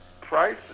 Price